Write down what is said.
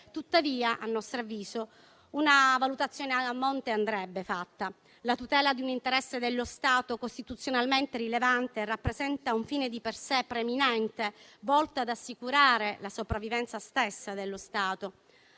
Tuttavia, a nostro avviso, una valutazione a monte andrebbe fatta. La tutela di un interesse dello Stato costituzionalmente rilevante rappresenta un fine di per sé preminente, volto ad assicurare la sopravvivenza stessa dello Stato,